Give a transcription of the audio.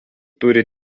turi